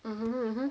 (uh huh)